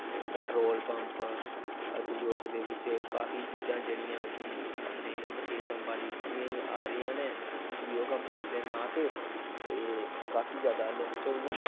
ਇਹ petrol pump ਉਦਯੋਗ ਦੇ ਵਿੱਚ ਕਾਫੀ ਚੀਜ਼ਾਂ ਜਿਹੜੀਆਂ ਕਿ ਆਪਣੇ ਮੁਕੇਸ਼ ਅੰਬਾਨੀ ਜੀ ਦੀਆਂ ਹੀ ਆ ਰਹੀਆਂ ਨੇ ਜੀਓ ਕੰਪਨੀ ਦੇ ਨਾਮ 'ਤੇ ਇਹ ਕਾਫੀ ਜ਼ਿਆਦਾ ਲੋਂਚ ਹੋਈਆਂ